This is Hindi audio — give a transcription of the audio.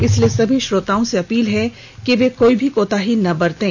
इसलिए सभी श्रोताओं से अपील है कि कोई भी कोताही ना बरतें